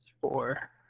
Four